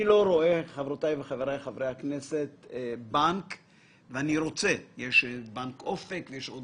יש אמנם את בנק אופק, יש את